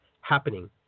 happening